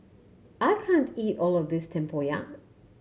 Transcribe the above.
I can't eat all of this tempoyak